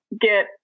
get